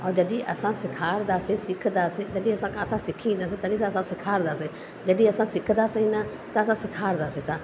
ऐं जॾहिं असां सेखारंदा से सिखंदासीं जॾहिं असां किथा सिखी ईंदासीं तॾहिं त असां सेखारंदासीं जॾहिं असां सिखंदासीं न त असां सिखारंदासि किथा